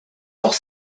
auch